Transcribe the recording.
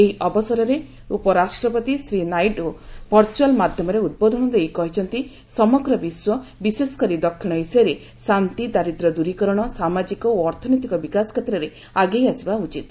ଏହି ଅବସରରେ ଉପରାଷ୍ଟ୍ରପତି ଶ୍ରୀ ନାଇଡ଼ୁ ଭର୍ଚ୍ଚଆଲ୍ ମାଧ୍ୟମରେ ଉଦ୍ବୋଧନ ଦେଇ କହିଛନ୍ତି ସମଗ୍ର ବିଶ୍ୱ ବିଶେଷ କରି ଦକ୍ଷିଣ ଏସିଆରେ ଶାନ୍ତି ଦାରିଦ୍ର୍ୟ ଦୂରିକରଣ ସାମାଜିକ ଓ ଅର୍ଥନୈତିକ ବିକାଶ କ୍ଷେତ୍ରରେ ଆଗେଇ ଆସିବା ଉଚିତ୍